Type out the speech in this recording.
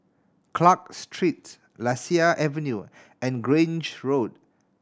Clarke Street Lasia Avenue and Grange Road